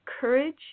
courage